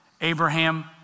Abraham